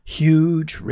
huge